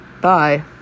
bye